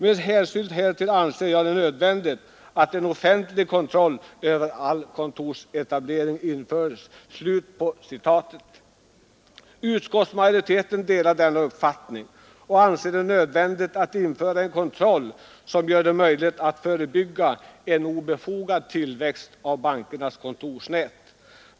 Med hänsyn härtill anser jag nödvändigt att en offentlig kontroll över all bankkontorsetablering införs.” Utskottsmajoriteten delar denna uppfattning och anser det nödvändigt att införa en kontroll som gör det möjligt att förebygga en obefogad tillväxt av bankernas kontorsnät.